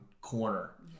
corner